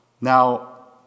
Now